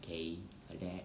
K like that